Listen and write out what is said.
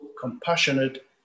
compassionate